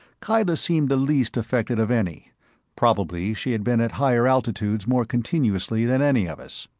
kyla seemed the least affected of any probably she had been at higher altitudes more continuously than any of us.